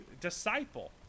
disciple